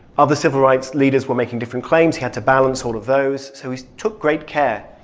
other civil rights leaders were making different claims. he had to balance all of those. so he took great care.